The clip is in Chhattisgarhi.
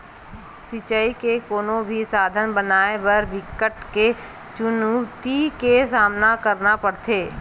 सिचई के कोनो भी साधन बनाए बर बिकट के चुनउती के सामना करना परथे भइर